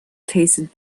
tasted